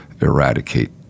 eradicate